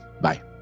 Bye